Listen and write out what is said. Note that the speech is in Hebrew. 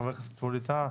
חבר הכנסת ווליד טאהא,